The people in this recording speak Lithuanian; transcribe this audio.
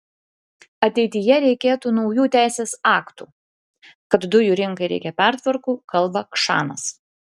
ateityje reikėtų naujų teisės aktų kad dujų rinkai reikia pertvarkų kalba kšanas